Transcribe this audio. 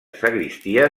sagristia